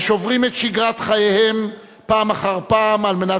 השוברים את שגרת חייהם פעם אחר פעם על מנת